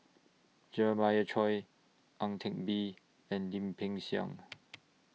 Jeremiah Choy Ang Teck Bee and Lim Peng Siang